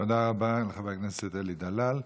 תודה רבה לחבר הכנסת אלי דלל.